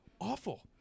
awful